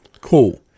Cool